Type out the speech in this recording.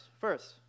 first